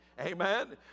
Amen